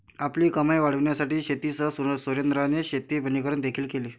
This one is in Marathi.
आपली कमाई वाढविण्यासाठी शेतीसह सुरेंद्राने शेती वनीकरण देखील केले